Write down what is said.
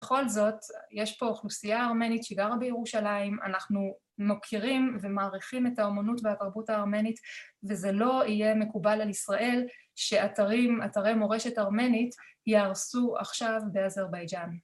‫בכל זאת, יש פה אוכלוסייה ארמנית ‫שגרה בירושלים, ‫אנחנו מוכירים ומערכים את האמנות ‫והתרבות הארמנית, ‫וזה לא יהיה מקובל על ישראל ‫שאתרים, שאתרי מורשת ארמנית ‫ייהרסו עכשיו באזרבייג'אן.